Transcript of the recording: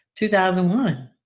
2001